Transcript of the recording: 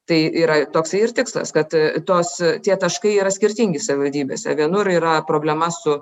tai yra toksai ir tikslas kad tos tie taškai yra skirtingi savivaldybėse vienur yra problema su